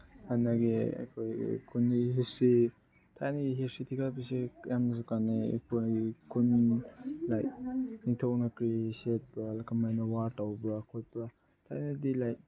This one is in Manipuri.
ꯍꯥꯟꯅꯒꯤ ꯑꯩꯈꯣꯏꯒꯤ ꯈꯨꯟꯒꯤ ꯍꯤꯁꯇ꯭ꯔꯤ ꯊꯥꯏꯅꯒꯤ ꯍꯤꯁꯇ꯭ꯔꯤ ꯊꯤꯒꯠꯂꯛꯄꯁꯦ ꯌꯥꯝꯅꯁꯨ ꯀꯥꯟꯅꯩ ꯑꯩꯈꯣꯏꯒꯤ ꯈꯨꯟ ꯂꯥꯏꯛ ꯅꯤꯡꯊꯧꯅ ꯀꯔꯤ ꯁꯦꯠꯄ꯭ꯔꯥ ꯀꯃꯥꯏꯅ ꯋꯥꯔ ꯇꯧꯕ꯭ꯔꯥ ꯈꯣꯠꯄ꯭ꯔꯥ ꯊꯥꯏꯅꯗꯤ ꯂꯥꯏꯛ